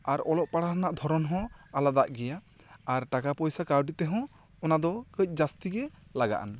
ᱟᱨ ᱚᱞᱚᱜ ᱯᱟᱲᱦᱟᱜ ᱨᱮᱱᱟᱜ ᱫᱷᱚᱨᱚᱱ ᱦᱚᱸ ᱟᱞᱟᱫᱟᱜ ᱜᱮᱭᱟ ᱟᱨ ᱴᱟᱠᱟ ᱯᱩᱭᱥᱟᱹ ᱠᱟᱹᱣᱲᱤ ᱛᱮᱦᱚᱸ ᱚᱱᱟ ᱫᱚ ᱠᱟᱹᱡ ᱡᱟᱹᱥᱛᱤ ᱜᱮ ᱞᱟᱜᱟᱜᱼᱟᱱ